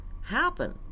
happen